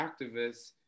activists